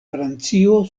francio